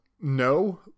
no